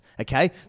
okay